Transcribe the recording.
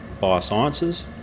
biosciences